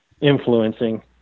influencing